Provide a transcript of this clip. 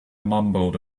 mumbled